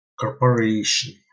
corporation